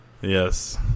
Yes